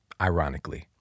ironically